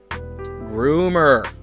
Rumor